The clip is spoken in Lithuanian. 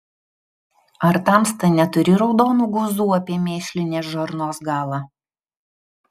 ar tamsta neturi raudonų guzų apie mėšlinės žarnos galą